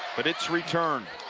but it's returned.